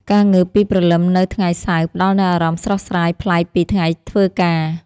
ការងើបពីព្រលឹមនៅថ្ងៃសៅរ៍ផ្ដល់នូវអារម្មណ៍ស្រស់ស្រាយប្លែកពីថ្ងៃធ្វើការ។